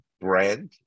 brand